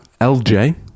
LJ